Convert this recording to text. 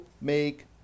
make